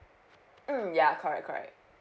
mm ya correct correct